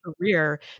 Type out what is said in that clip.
career